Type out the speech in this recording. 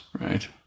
Right